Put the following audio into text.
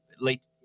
late